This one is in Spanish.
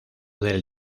del